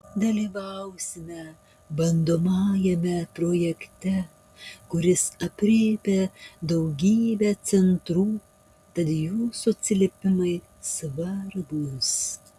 dalyvausime bandomajame projekte kuris aprėpia daugybę centrų tad jūsų atsiliepimai svarbūs